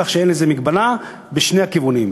כך שאין לזה מגבלה בשני הכיוונים,